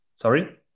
Sorry